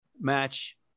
match